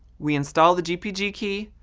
we install the gpg key,